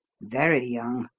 very young,